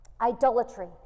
Idolatry